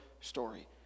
story